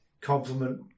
compliment